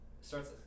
starts